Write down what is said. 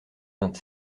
vingt